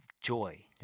joy